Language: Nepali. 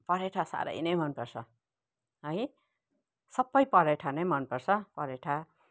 परठा साह्रै नै मन पर्छ है सबै परठा नै मन पर्छ परठा